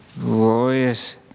glorious